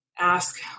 ask